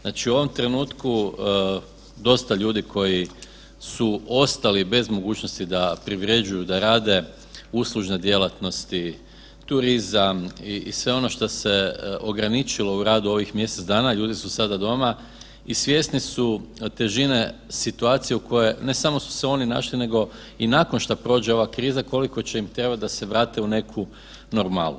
Znači u ovom trenutku dosta ljudi koji su ostali bez mogućnosti da privređuju, da rade, uslužne djelatnosti, turizam i sve ono šta se ograničilo u radu ovih mjesec dana, ljudi su sada doma i svjesni su težine situacije u kojoj je, ne samo su se oni našli nego i nakon šta prođe ova kriza koliko će im trebat da se vrate u neku normalu.